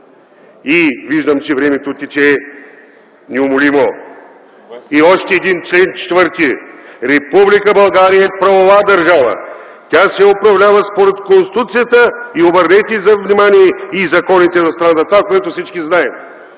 Виждам, че времето тече неумолимо. И още един член – 4-ти: „Република България е правова държава. Тя се управлява според Конституцията”, обърнете внимание, „и законите на страната” – това, което всички знаем.